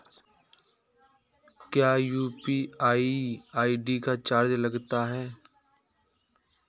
क्या UPI ID का charge लगता है?